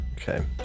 Okay